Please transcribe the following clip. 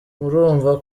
murumva